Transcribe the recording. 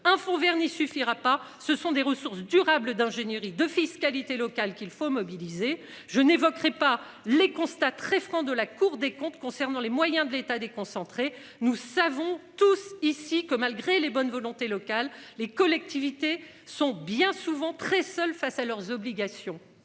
un fonds Vert n'y suffira pas. Ce sont des ressources durables d'ingénierie de fiscalité locale qu'il faut mobiliser je n'évoquerai pas les constats très franc de la Cour des comptes concernant les moyens de l'État déconcentrer. Nous savons tous ici, que malgré les bonnes volontés locales les collectivités sont bien souvent très seuls face à leurs obligations.